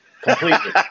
completely